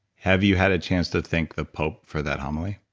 have you had a chance to thank the pope for that homily?